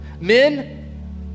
Men